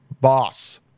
boss